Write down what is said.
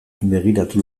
begiratu